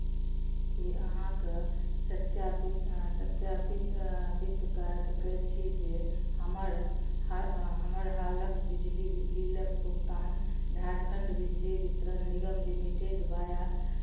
की अहाँ कऽ सत्यापित सत्यापित पित कऽ सकै छी जे हमर हा हमर हालक बिजली बिलक भुगतान झारखण्ड बिजली वितरण निगम लिमिटेड वाया